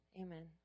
amen